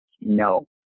No